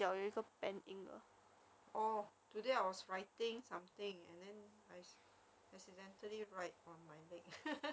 I'm not sure leh no it's not the rank points leh it's the result